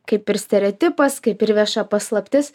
kaip ir stereotipas kaip ir vieša paslaptis